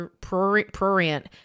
prurient